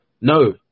no